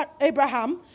Abraham